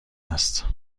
است